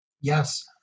Yes